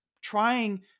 trying